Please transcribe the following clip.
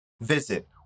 Visit